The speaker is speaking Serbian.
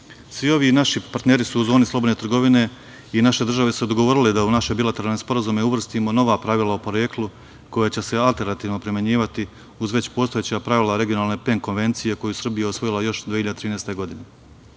ovi naši partneri su u zoni slobodne trgovine i naše države su se dogovorile da u naše bilateralne sporazume uvrstimo nova pravila o poreklu koje će se alternativno primenjivati uz već postojeća pravila regionalne PEN konvencije koju Srbija osvojila 2013. godine.